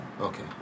Okay